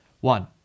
One